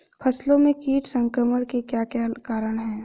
फसलों में कीट संक्रमण के क्या क्या कारण है?